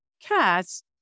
cats